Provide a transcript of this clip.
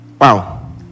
Wow